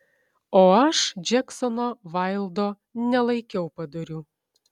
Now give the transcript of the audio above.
o aš džeksono vaildo nelaikiau padoriu